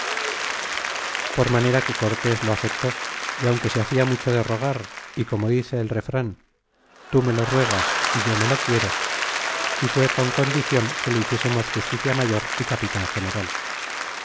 por manera que cortés lo aceptó y aunque se hacia mucho de rogar y como dice el refran tú me lo ruegas e yo me lo quiero y fué con condicion que le hiciésemos justicia mayor y capitan general